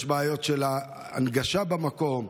יש בעיות של הנגשה במקום,